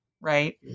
right